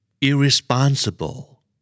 Irresponsible